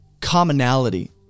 commonality